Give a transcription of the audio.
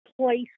place